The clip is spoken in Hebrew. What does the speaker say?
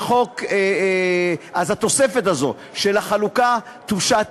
אז התוספת הזו של החלוקה תושת.